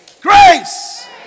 grace